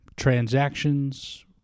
transactions